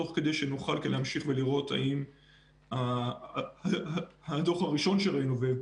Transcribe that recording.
תוך כדי שנוכל להמשיך ולראות האם הדוח הראשון שראינו,